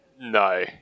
no